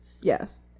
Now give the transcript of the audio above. Yes